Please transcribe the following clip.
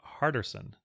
Harderson